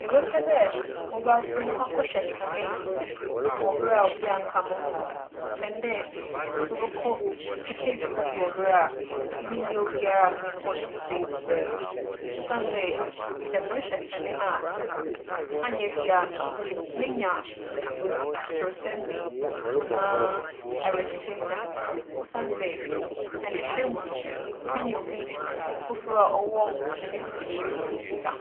Mebɛpɛ dɛ moba - mobͻkͻ akͻhwɛ sene wͻ ber a obiara nnka mo ho kyɛn dɛ mobͻkͻ ekedzidzi wͻ ber a minnyi obiara a menye no bͻtow nsa edzidzi. Osiandɛ sɛ morohwɛ sene no a, annyɛ biara no, menya aserewsɛm bi anaa awerɛkyekyer nsɛm bi. Osiandɛ, senehwɛ mu no, menye obi fofor a ͻwͻ sene no mu na yeridzi nkitaho.